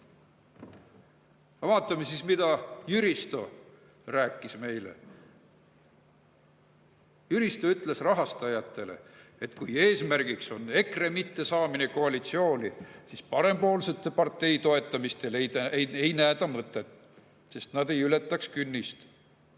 siis, mida Jüristo rääkis meile. Jüristo ütles rahastajatele, et kui eesmärgiks on EKRE mittesaamine koalitsiooni, siis Parempoolsete partei toetamisel ei näe ta mõtet, sest see ei ületaks künnist.